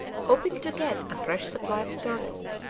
hoping to get a fresh supply of turtle.